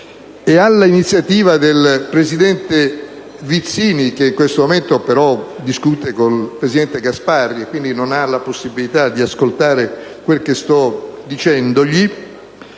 all'iniziativa del presidente Vizzini (che in questo momento, però, discute con il presidente Gasparri, quindi non ha la possibilità di ascoltare quel che gli sto dicendo)